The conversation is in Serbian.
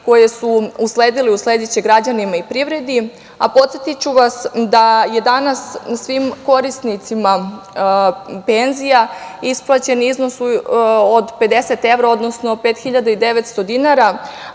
koje su usledile i uslediće građanima i privredi, a podsetiću vas da je danas svim korisnicima penzija isplaćen iznos od 50 evra, odnosno 5.900 dinara,